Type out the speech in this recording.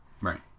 right